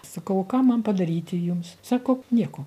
sakau o ką man padaryti jums sako nieko